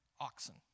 oxen